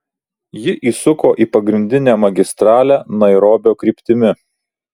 ji įsuko į pagrindinę magistralę nairobio kryptimi